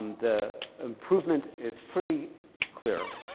the improvement is pretty clear.